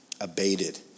abated